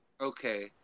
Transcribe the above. okay